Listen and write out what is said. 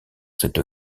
cette